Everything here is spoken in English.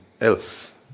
else